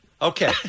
Okay